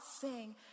sing